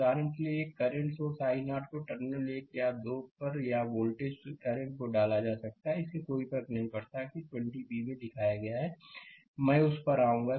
उदाहरण के लिए एक करंट सोर्स i0 को टर्मिनल 1 और 2 पर या तो वोल्टेज या करंट में डाला जा सकता है इससे कोई फर्क नहीं पड़ता कि 20b में दिखाया गया है मैं उस पर आऊंगा